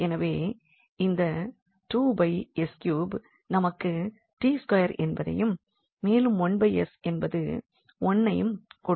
எனவே இந்த 2s3 நமக்கு t2 என்பதையும் மேலும் 1s என்பது 1ஐயும் கொடுக்கும்